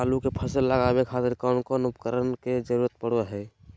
आलू के फसल लगावे खातिर कौन कौन उपकरण के जरूरत पढ़ो हाय?